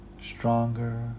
stronger